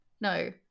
no